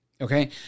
okay